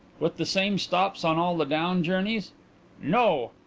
with the same stops on all the down journeys no.